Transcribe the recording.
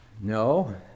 No